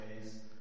ways